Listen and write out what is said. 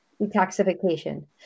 detoxification